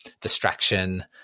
distraction